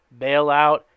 Bailout